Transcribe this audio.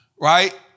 right